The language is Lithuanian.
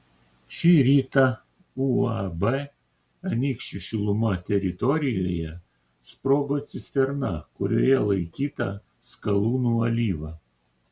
šį rytą uab anykščių šiluma teritorijoje sprogo cisterna kurioje laikyta skalūnų alyva